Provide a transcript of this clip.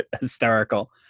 hysterical